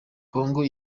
congo